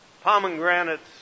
pomegranates